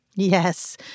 Yes